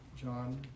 John